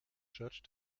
church